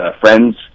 Friends